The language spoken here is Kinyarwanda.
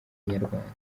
inyarwanda